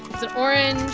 it's an orange.